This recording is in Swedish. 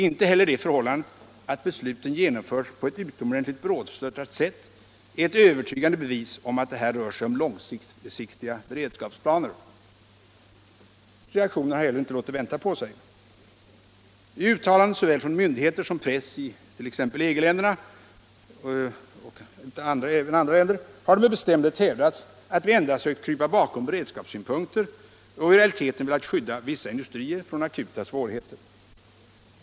Inte heller det förhållandet att besluten genomförts på ett utomordentligt brådstörtat sätt är ett övertygande bevis för att det här rör sig om långsiktiga beredskapsplaner. Reaktionen har heller inte låtit vänta på sig. I uttalanden från såväl myndigheter som press t.ex. i EG-länderna — och även i andra länder —- har det med bestämdhet hävdats att vi endast sökt krypa bakom beredskapssynpunkter och i realiteten velat skydda vissa industrier från akuta svårigheter.